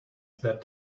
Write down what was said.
that